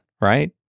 right